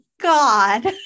God